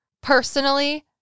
personally